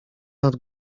nad